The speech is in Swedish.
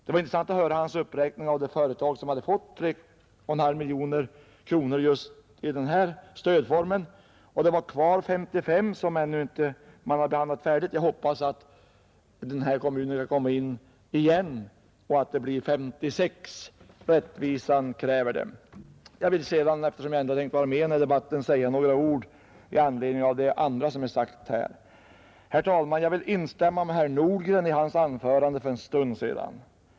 Det var intressant att höra hans uppräkning av de företag som hade fått 3,5 miljoner kronor just i den här stödformen, och att det fanns kvar 55 kommuner som man ännu inte har behandlat färdigt. Jag hoppas att den här kommunen kommer med igen och att det blir 56; rättvisan kräver det. Jag vill sedan, eftersom jag ändå skulle delta i den här debatten, säga några ord i anledning av det som i övrigt har anförts här. Herr talman! Jag vill instämma med herr Nordgren i hans anförande för en stund sedan.